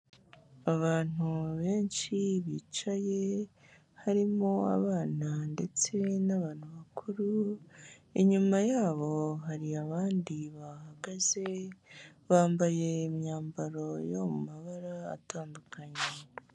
Abantu benshi bicaye, harimo abana ndetse n'abantu bakuru, inyuma yabo hari abandi bahagaze, bambaye imyambaro yo mu mabara atandukanye.